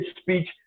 speech